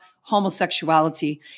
homosexuality